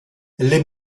les